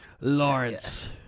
Lawrence